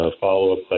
follow-up